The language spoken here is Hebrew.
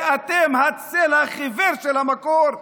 ואתם הצל החיוור של המקור,